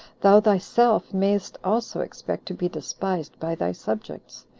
thou thyself mayst also expect to be despised by thy subjects.